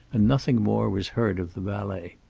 and nothing more was heard of the valet.